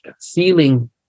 feeling